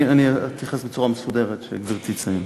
אתייחס בצורה מסודרת כשגברתי תסיים.